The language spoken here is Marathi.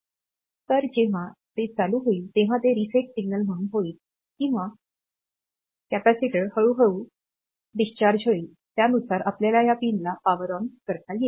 तर जेव्हा ते चालू होईल तेव्हा ते रीसेट सिग्नल म्हणून होईल किंवा तर कॅपेसिटर हळूहळू आकारला जाईल आणि त्यानुसार आपण या पिनला पॉवर ऑन करतो